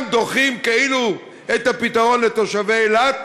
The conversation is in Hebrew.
גם כאילו דוחים את הפתרון לתושבי אילת